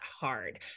hard